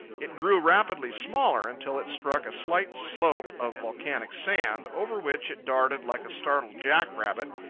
it grew rapidly smaller until it struck a slight slope of volcanic sand, over which it darted like a startled jackrabbit,